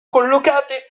collocate